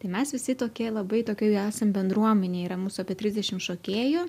tai mes visi tokie labai tokioj esam bendruomenėj yra mūsų apie trisdešim šokėjų